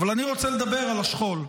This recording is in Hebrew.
אבל אני רוצה לדבר על השכול.